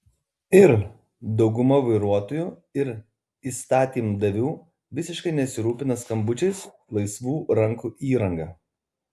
ir dauguma vairuotojų ir įstatymdavių visiškai nesirūpina skambučiais laisvų rankų įranga